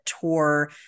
tour